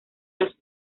las